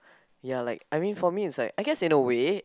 ya like I mean for me is like I guess in a way